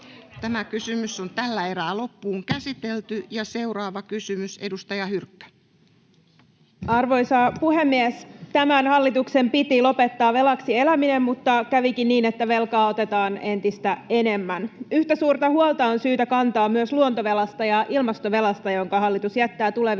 kysymys ympäristöhaittojen verotuksesta (Saara Hyrkkö vihr) Time: 16:48 Content: Arvoisa puhemies! Tämän hallituksen piti lopettaa velaksi eläminen, mutta kävikin niin, että velkaa otetaan entistä enemmän. Yhtä suurta huolta on syytä kantaa myös luontovelasta ja ilmastovelasta, jonka hallitus jättää tulevien